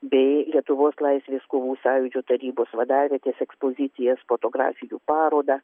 bei lietuvos laisvės kovų sąjūdžio tarybos vadavietės ekspozicijas fotografijų parodą